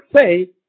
say